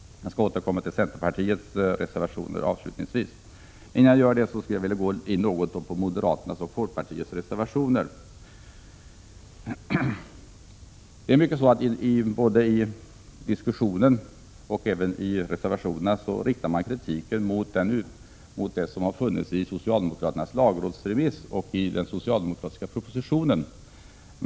Jag skall återkomma till centerpartiets reservationer avslutningsvis. Innan jag gör det vill jag gå in något på moderaternas och folkpartiets reservationer. Både i diskussionen och i reservationerna riktar dessa partier kritik mot socialdemokraternas lagrådsremiss och propositionen.